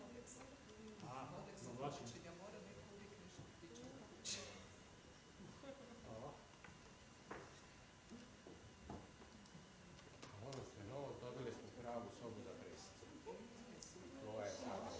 to je jako